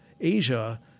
Asia